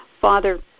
father